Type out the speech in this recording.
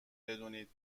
بدونید